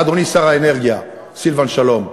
אדוני שר האנרגיה סילבן שלום?